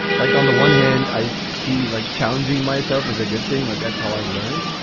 like on the one hand, i see like challenging myself as a good thing. like, that's how i learn.